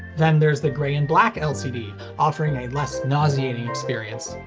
then there's the grey and black lcd, offering a less nauseating experience.